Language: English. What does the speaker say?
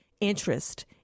interest